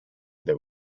their